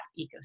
ecosystem